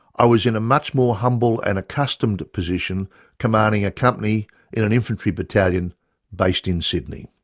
i was in a much more humble and accustomed position commanding a company in an infantry battalion based in sydney.